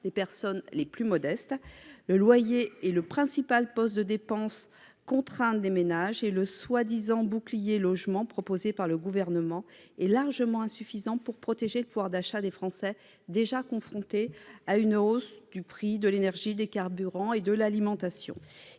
des personnes les plus modestes. Alors que le loyer est le principal poste de dépenses contraintes des ménages, le soi-disant « bouclier logement » proposé par le Gouvernement est largement insuffisant pour protéger le pouvoir d'achat des Français, déjà confrontés à une hausse du prix de l'énergie, des carburants et de l'alimentation.